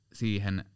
siihen